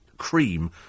cream